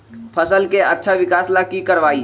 फसल के अच्छा विकास ला की करवाई?